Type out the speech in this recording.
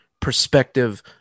perspective